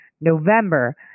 November